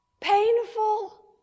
painful